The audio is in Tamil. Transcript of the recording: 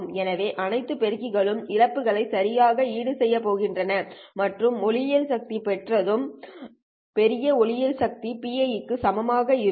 எனவே அனைத்து பெருக்கிகளும் இழப்புகளை சரியாக ஈடுசெய்யப் போகிறது மற்றும் ஒளியியல் சக்தி பெற்றது ஆனது பெரிய ஒளியியல் சக்தி க்கு சமமாக இருக்கும்